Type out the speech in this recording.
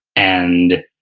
and,